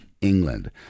England